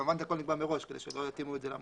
כמובן הכול נקבע מראש כדי שלא יתאימו את זה למועמדים.